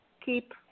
Keep